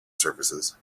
surfaces